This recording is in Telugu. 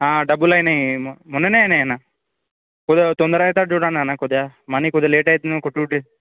డబ్బులు అయినాయి మొ మొన్ననే అయినాయి అన్న కుత తొందర అయ్యేటట్టు చూడండి అన్న కొద్దిగా మనీ కొద్ది లేట్ అవుతుంది ఇంకో టూ త్రీ